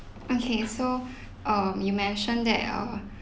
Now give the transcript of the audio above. okay so err you mention that err